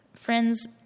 Friends